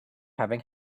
having